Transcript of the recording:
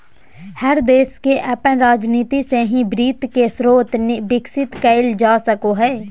हर देश के अपन राजनीती से ही वित्त के स्रोत विकसित कईल जा सको हइ